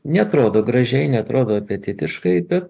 neatrodo gražiai neatrodo apetitiškai bet